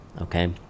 Okay